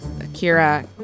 Akira